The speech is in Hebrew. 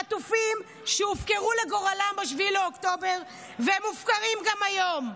חטופים שהופקרו לגורלם ב-7 באוקטובר והם מופקרים גם היום.